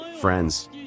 friends